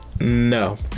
no